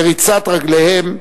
בריצת רגליהם,